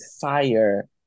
fire